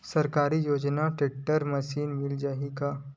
सरकारी योजना tractor machine मिल जाही का?